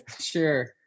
Sure